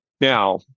Now